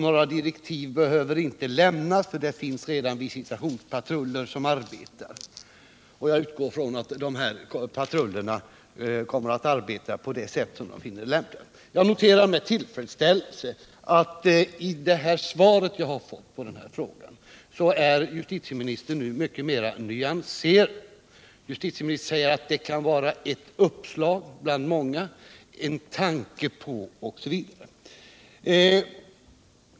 Några direktiv behöver inte lämnas, för det finns redan visitationspatruller som arbetar. Justitieministern utgick från att dessa patruller kommer att arbeta på det sätt som de finner lämpligt. Jag konstaterar med tillfredsställelse att justitieministern i det svar som jag nu fått är mer nyanserad. Han säger att detta kan vara ett uppslag bland många.